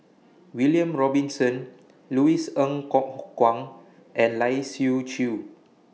William Robinson Louis Ng Kok Kwang and Lai Siu Chiu